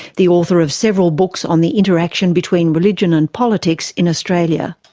the author of several books on the interaction between religion and politics in australia.